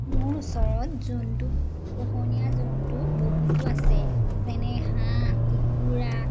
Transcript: মোৰ ওচৰত জন্তু পোহনীয়া জন্তু বহুতো আছে যেনে হাঁহ কুকুৰা